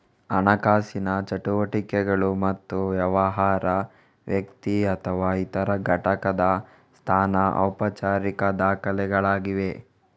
ಹಣಕಾಸಿನ ಚಟುವಟಿಕೆಗಳು ಮತ್ತು ವ್ಯವಹಾರ, ವ್ಯಕ್ತಿ ಅಥವಾ ಇತರ ಘಟಕದ ಸ್ಥಾನದ ಔಪಚಾರಿಕ ದಾಖಲೆಗಳಾಗಿವೆ